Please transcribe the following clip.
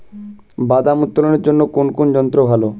বাদাম উত্তোলনের জন্য কোন যন্ত্র ভালো?